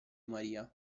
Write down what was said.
maria